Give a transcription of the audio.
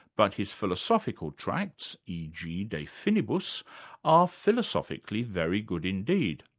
but his philosophical tracts e. g. de finibus are philosophically very good indeed.